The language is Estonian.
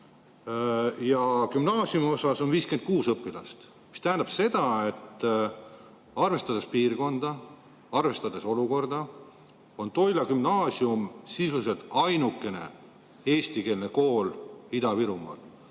ja gümnaasiumiosas 56 õpilast, mis tähendab seda, et arvestades piirkonda ja arvestades olukorda on Toila Gümnaasium sisuliselt ainukene eestikeelne kool Ida-Virumaal.